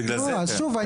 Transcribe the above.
שוב,